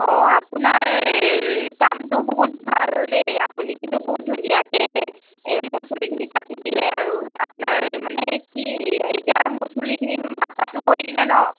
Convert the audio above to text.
অঁ আপোনাৰ দামটো বহুত ভাল দেই আপুনি কিন্তু বহুত ধুনীয়াকৈ মোৰ চুলিখিনি কাটি দিলে আৰু আপোনাৰ মানে কি এতিয়া মোৰ চুলিখিনি মাছাজো কৰি দিলে ন